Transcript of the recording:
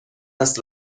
است